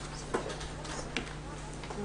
תחליפי אותי.